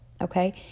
Okay